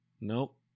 Nope